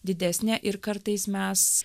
didesnė ir kartais mes